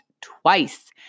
twice